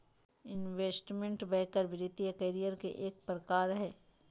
investment banker वित्तीय career के एक प्रकार हय